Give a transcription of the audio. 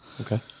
Okay